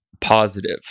positive